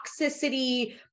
toxicity